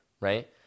right